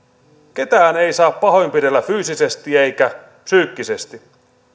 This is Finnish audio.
ketään ei saa pahoinpidellä fyysisesti eikä psyykkisesti